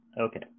Okay